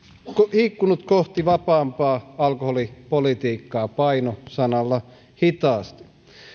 liikkunut kohti vapaampaa alkoholipolitiikkaa paino sanalla hitaasti